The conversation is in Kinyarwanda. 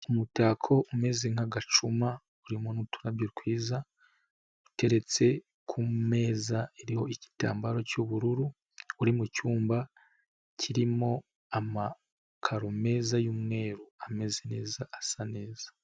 Umutako umeze nk'agacuma urimo n'uturabyo twiza uteretse ku meza iriho igitambaro cy'ubururu, uri mu cyumba kirimo amakaro meza y'umweru ameze neza, asa neza.